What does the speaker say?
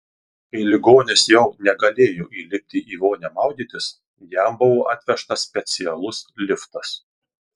kai ligonis jau negalėjo įlipti į vonią maudytis jam buvo atvežtas specialus liftas